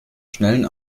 schnellen